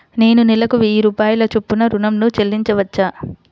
నేను నెలకు వెయ్యి రూపాయల చొప్పున ఋణం ను చెల్లించవచ్చా?